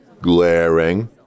glaring